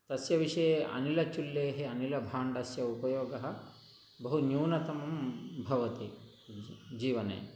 तस्य विषये अनिलचुल्लेः अनिलभाण्डस्य उपयोगः बहु न्यूनतमं भवति जीवने